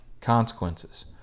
consequences